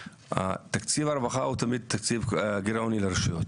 תקציב הרווחה הוא תמיד תקציב גרעוני לרשויות,